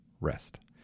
rest